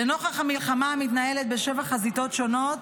לנוכח המלחמה המתנהלת בשבע חזיתות שונות,